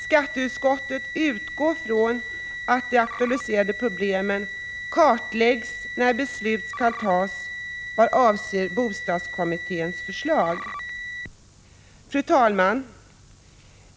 Skatteutskottet utgår ifrån att de aktualiserade problemen kartläggs när beslut skall tas vad avser bostadskommitténs förslag. Fru talman!